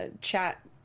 chat